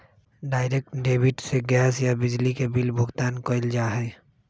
direct debit से gas या बिजली के बिल भुगतान कइल जा हई